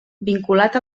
vinculat